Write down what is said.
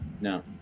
No